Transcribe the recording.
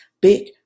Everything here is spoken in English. Big